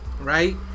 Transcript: right